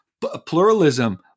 pluralism